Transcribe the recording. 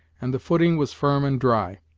and the footing was firm and dry.